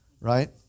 Right